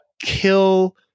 kill